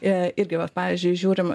irgi vat pavyzdžiui žiūrim